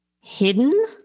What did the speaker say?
hidden